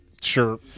Sure